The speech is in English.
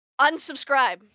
unsubscribe